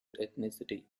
ethnicity